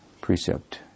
precept